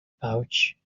pouch